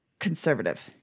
conservative